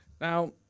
Now